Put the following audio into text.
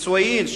סויוין,